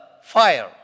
fire